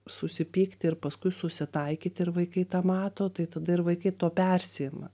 susipykti ir paskui susitaikyti ir vaikai tą mato tai tada ir vaikai tuo persiima